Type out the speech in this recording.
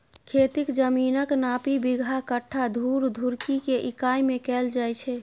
खेतीक जमीनक नापी बिगहा, कट्ठा, धूर, धुड़की के इकाइ मे कैल जाए छै